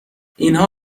اینها